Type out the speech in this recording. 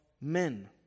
men